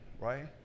right